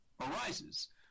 arises